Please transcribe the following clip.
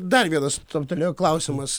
dar vienas toptelėjo klausimas